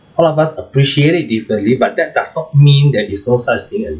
all of us appreciate it differently but that does not mean there is no such thing as